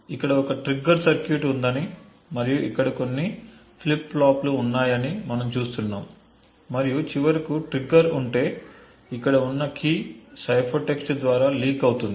ఇక్కడ ఒక trigger circuit ఉందని మరియు ఇక్కడ కొన్ని ఫ్లిప్ ఫ్లాప్లు ఉన్నాయని మనము చూస్తున్నాము మరియు చివరకు ట్రిగ్గర్ ఉంటే ఇక్కడ ఉన్న కీ సైఫర్ టెక్స్ట్ ద్వారా లీక్ అవుతుంది